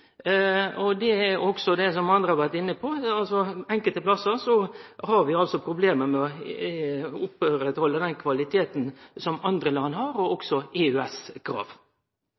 Som andre har vore inne på: Enkelte plassar har vi problem med å halde oppe den kvaliteten som andre land har, og også